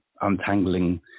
untangling